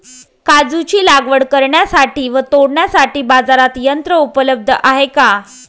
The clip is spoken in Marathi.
काजूची लागवड करण्यासाठी व तोडण्यासाठी बाजारात यंत्र उपलब्ध आहे का?